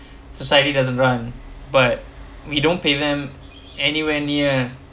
society doesn't run but we don't pay them anywhere near